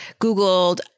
Googled